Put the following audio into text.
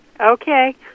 Okay